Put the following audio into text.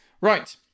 Right